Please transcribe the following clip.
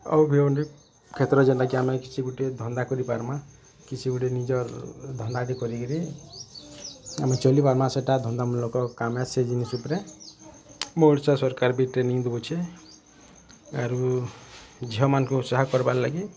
ଆଉ ବି ଅନେକ୍ କ୍ଷେତ୍ରରେ ଯେନ୍ଟା କି ଆମେ କିଛି ଗୁଟେ ଧନ୍ଦା କରିପାର୍ମା କିଛି ଗୁଟେ ନିଜର୍ ଧନ୍ଦାଟେ କରିକିରି ଆମେ ଚଲିବା ମାସଟା ଧନ୍ଦାମୂଲକ କାମେଁ ସେଇ ଜିନିଷ୍ ଉପରେ ଓଡ଼ିଶା ସର୍କାର୍ ବି ଟ୍ରେନିଂ ଦଉଛେ ଆରୁ ଝିଅମାନ୍ଙ୍କୁ ସହାୟ କର୍ବାର୍ ଲାଗି